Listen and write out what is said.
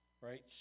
right